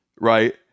Right